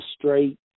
straight